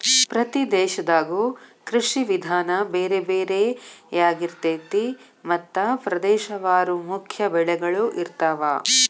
ಪ್ರತಿ ದೇಶದಾಗು ಕೃಷಿ ವಿಧಾನ ಬೇರೆ ಬೇರೆ ಯಾರಿರ್ತೈತಿ ಮತ್ತ ಪ್ರದೇಶವಾರು ಮುಖ್ಯ ಬೆಳಗಳು ಇರ್ತಾವ